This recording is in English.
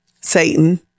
Satan